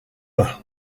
peint